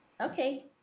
Okay